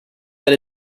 that